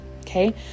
Okay